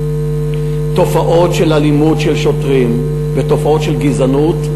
תופעות של אלימות של שוטרים ותופעות של גזענות,